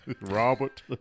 Robert